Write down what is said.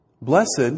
Blessed